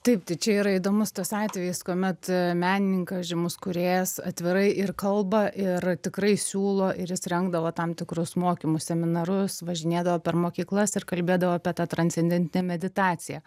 taip tai čia yra įdomus tas atvejis kuomet menininkas žymus kūrėjas atvirai ir kalba ir tikrai siūlo ir jis rengdavo tam tikrus mokymus seminarus važinėdavo per mokyklas ir kalbėdavo apie tą transcendentinę meditaciją